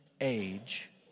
age